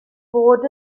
fod